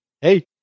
Hey